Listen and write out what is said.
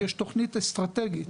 יש תוכנית אסטרטגית